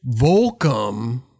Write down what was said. Volcom